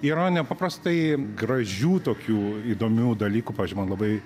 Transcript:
yra nepaprastai gražių tokių įdomių dalykų pavyzdžiui man labai